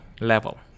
level